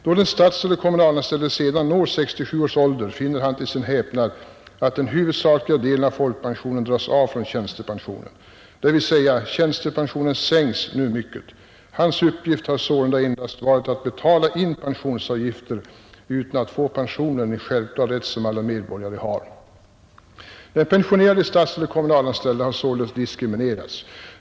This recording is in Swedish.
Då den statseller kommu nalanställde sedan når 67 års ålder finner han till sin häpnad att den huvudsakliga delen av folkpensionen dras av från tjänstepensionen, d.v.s. tjänstepensionen sänks nu mycket. Hans uppgift har sålunda endast varit att betala in pensionsavgifter utan att få pension, en självklar rätt som alla medborgare har. De pensionerade statseller kommunalanställda har således diskriminerats.